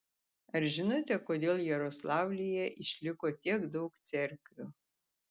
ar žinote kodėl jaroslavlyje išliko tiek daug cerkvių